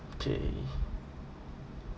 okay